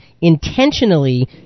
Intentionally